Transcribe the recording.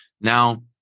Now